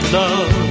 love